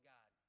God